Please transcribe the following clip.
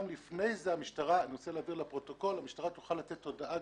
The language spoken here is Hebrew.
גם לפני כן המשטרה אני רוצה להבהיר לפרוטוקול תוכל לתת הודעה.